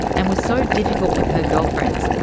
and was so difficult with her girlfriends,